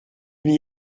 n’y